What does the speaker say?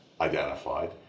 identified